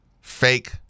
fake